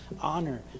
honor